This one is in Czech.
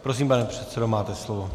Prosím, pane předsedo, máte slovo.